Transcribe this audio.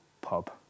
pub